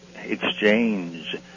exchange